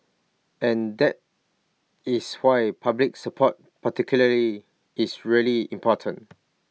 and that is why public support particularly is really important